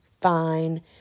fine